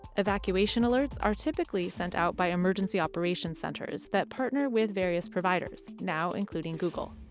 evacuation alerts are typically sent out by emergency operation centers that partner with various providers now, including google.